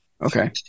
Okay